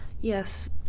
yes